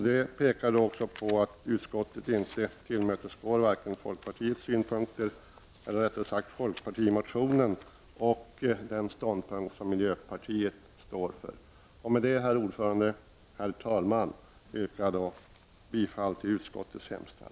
Detta pekar också på att utskottet inte tillmötesgår vare sig synpunkterna i folkpartimotionen eller den ståndpunkt som miljöpartiet intar. Herr talman! Med det anförda yrkar jag bifall till utskottets hemställan.